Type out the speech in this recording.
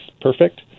perfect